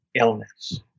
illness